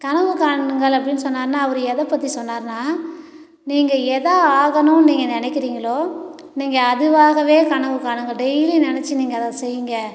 கனவு காணுங்கள் அப்படின்னு சொன்னாருன்னா அவர் எதை பற்றி சொன்னாருன்னா நீங்கள் எதை ஆகணுன்னு நீங்கள் நினைக்கிறீங்களோ நீங்கள் அதுவாகவே கனவு காணுங்கள் டெய்லி நினைச்சு நீங்கள் அதை செய்ங்க